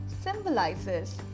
symbolizes